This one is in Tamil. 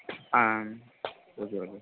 ah okay okay